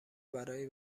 برای